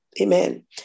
amen